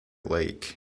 lake